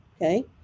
okay